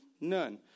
none